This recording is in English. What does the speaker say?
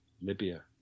Libya